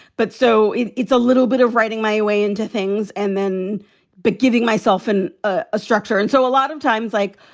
but so it's a little bit of writing my way into things and then but giving myself in and ah a structure. and so a lot of times, like,